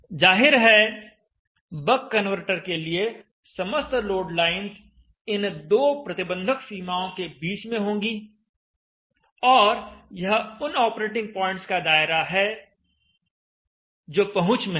जाहिर है buck converter के लिए समस्त लोड लाइन्स इन दो प्रतिबंधक सीमाओं के बीच में होंगी और यह उन ऑपरेटिंग पॉइंट्स का दायरा होगा जो पहुंच में हैं